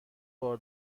بار